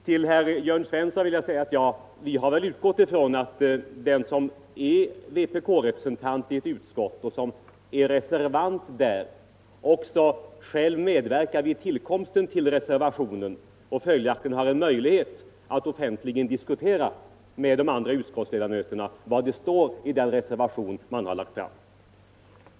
Till herr Svensson i Malmö vill jag säga att vi har utgått ifrån att den som är vpk-representant i ett utskott och där har reserverat sig också själv medverkat vid tillkomsten av reservationen och följaktligen har möjlighet att offentligen diskutera reservationens innehåll med de övriga utskottsledamöterna.